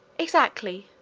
exactly,